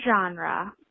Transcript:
genre